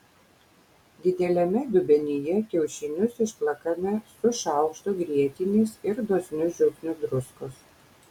dideliame dubenyje kiaušinius išplakame su šaukštu grietinės ir dosniu žiupsniu druskos